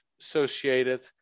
associated